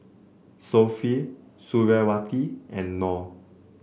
Sofea Suriawati and Nor